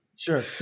Sure